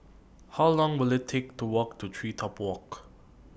How Long Will IT Take to Walk to TreeTop Walk